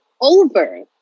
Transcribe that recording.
over